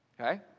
Okay